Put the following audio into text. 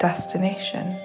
Destination